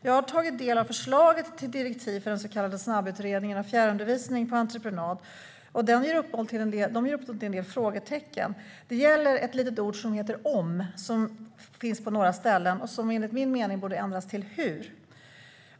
Jag har tagit del av förslaget till direktiv för den så kallade snabbutredningen av fjärrundervisning på entreprenad. Det ger upphov till en del frågetecken. Det gäller det lilla ordet "om", som finns på några ställen och som enligt min mening borde ändras till "hur".